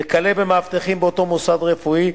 וכלה במאבטחים באותו מוסד רפואי.